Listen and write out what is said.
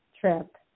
trip